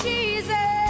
Jesus